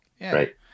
right